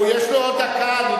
יש לו עוד דקה.